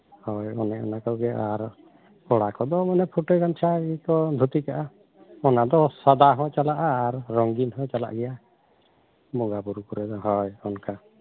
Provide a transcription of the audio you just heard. ᱦᱳᱭ ᱚᱱᱮ ᱚᱱᱟ ᱠᱚᱜᱮ ᱟᱨ ᱠᱚᱲᱟ ᱠᱚᱫᱚ ᱢᱟᱱᱮ ᱯᱷᱩᱴᱟᱹ ᱜᱟᱢᱪᱷᱟ ᱜᱮᱠᱚ ᱢᱟᱱᱮ ᱫᱷᱩᱛᱤ ᱠᱟᱜᱼᱟ ᱚᱱᱟ ᱫᱚ ᱥᱟᱫᱟ ᱦᱚᱸ ᱪᱟᱞᱟᱜᱼᱟ ᱟᱨ ᱨᱚᱸᱜᱤᱱ ᱦᱚᱸ ᱪᱟᱞᱟᱜ ᱜᱮᱭᱟ ᱵᱚᱸᱜᱟ ᱵᱩᱨᱩ ᱠᱚᱜᱮ ᱫᱚ ᱦᱳᱭ ᱚᱱᱠᱟ